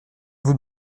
vous